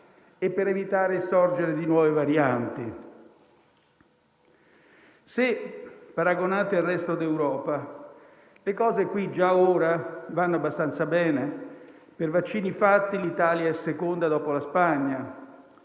e per evitare l'insorgere di nuove varianti. Se paragonate con il resto d'Europa, le cose qui già ora vanno abbastanza bene (per vaccini fatti, l'Italia è seconda dopo la Spagna),